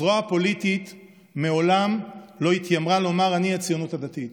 הזרוע הפוליטית מעולם לא התיימרה לומר: אני הציונות הדתית,